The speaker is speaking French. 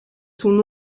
son